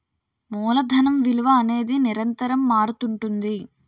మూలధనం విలువ అనేది నిరంతరం మారుతుంటుంది